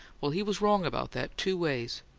well, he was wrong about that two ways.